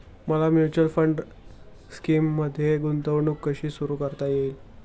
मला mutual fund स्कीममध्ये गुंतवणूक कशी सुरू करता येईल?